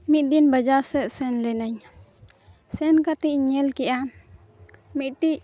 ᱢᱤᱫ ᱫᱤᱱ ᱵᱟᱡᱟᱨ ᱥᱮᱫ ᱥᱮᱱ ᱞᱤᱱᱟᱹᱧ ᱥᱮᱱ ᱠᱟᱛᱮᱫ ᱤᱧ ᱧᱮᱞ ᱠᱮᱫᱼᱟ ᱢᱤᱫᱴᱤᱡ